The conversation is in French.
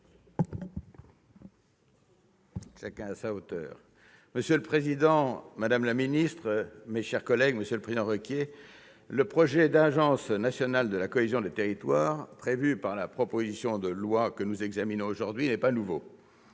à M. le rapporteur. Monsieur le président, madame la ministre, mes chers collègues, le projet d'agence nationale de la cohésion des territoires prévu par la proposition de loi que nous examinons aujourd'hui n'est pas nouveau